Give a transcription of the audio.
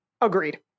Agreed